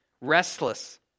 restless